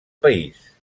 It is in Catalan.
país